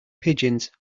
pigeons